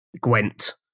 Gwent